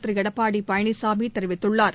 திருளடப்பாடிபழனிசாமிதெரிவித்துள்ளாா்